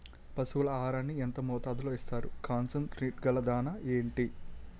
పశువుల ఆహారాన్ని యెంత మోతాదులో ఇస్తారు? కాన్సన్ ట్రీట్ గల దాణ ఏంటి?